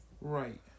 Right